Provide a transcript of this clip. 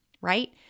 right